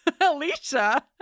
Alicia